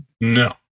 No